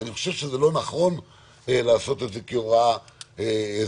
אבל אני חושב שלא נכון לעשות את זה כהוראה זמנית,